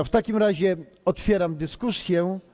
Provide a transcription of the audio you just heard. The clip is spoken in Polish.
W takim razie otwieram dyskusję.